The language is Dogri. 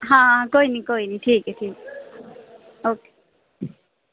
आं हा कोई निं कोई निं ठीक ऐ ओके